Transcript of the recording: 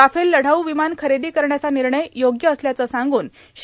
Rafale लढाऊ विमान खरेदी करण्याचा निर्णय योग्य असल्याचं सांगून श्री